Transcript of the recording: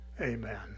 Amen